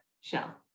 Shell